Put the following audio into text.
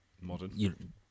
modern